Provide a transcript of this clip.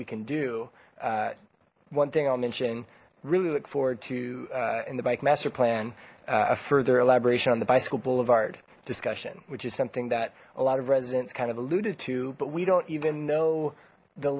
we can do one thing i'll mention really look forward to in the bike master plan a further elaboration on the bicycle boulevard discussion which is something that a lot of residents kind of alluded to but we don't even know the